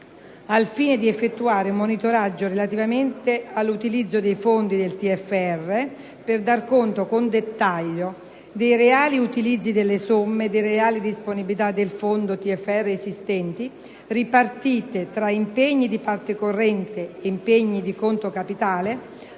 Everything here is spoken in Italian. al fine di effettuare un monitoraggio relativamente all'utilizzo dei fondi del TFR per dar conto con dettaglio dei reali utilizzi delle somme e delle reali disponibilità dei fondi TFR esistenti, ripartite tra impegni di parte corrente e impegni in conto capitale,